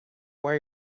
where